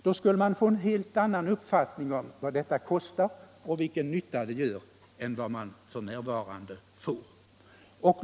Då skuile man få en helt annan uppfattning om vad detta kostar och vilken nytta det gör än vad man f.n. får.